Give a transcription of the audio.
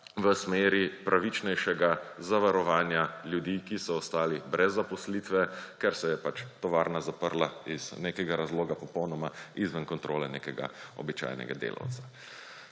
v smeri pravičnejšega zavarovanja ljudi, ki so ostali brez zaposlitve, ker se je pač tovarna zaprla iz nekega razloga, popolnoma izven kontrole nekega običajnega delavca.